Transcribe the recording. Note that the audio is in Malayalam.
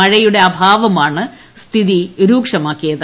മഴയുടെ അഭാവമാണ് സ്ഥിതി രൂക്ഷമാക്കിയത്